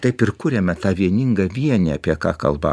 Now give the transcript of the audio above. taip ir kuriame tą vieningą vienį apie ką kalba